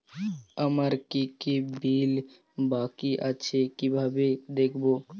আমার কি কি বিল বাকী আছে কিভাবে দেখবো?